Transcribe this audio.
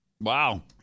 Wow